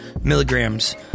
milligrams